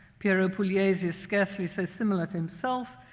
piero pugliese is scarcely so similar to himself,